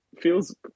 feels